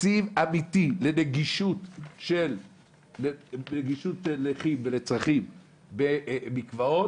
תקציב אמיתי לנגישות של נכים וצרכים במקוואות,